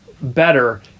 better